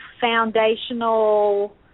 foundational